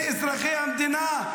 תרד כבר מהמליאה.